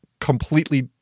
completely